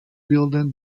bilden